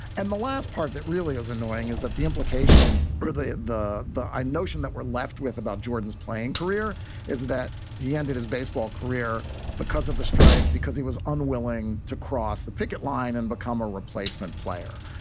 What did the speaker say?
and the last part that really is annoying is that the implication, really the the notion that we're left with about jordan's playing career is that he ended his baseball career because of a strike, because he was unwilling to cross the picket line and become a replacement player.